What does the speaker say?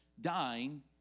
dying